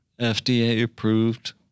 FDA-approved